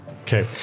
Okay